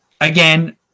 again